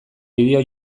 bideo